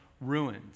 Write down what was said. ruins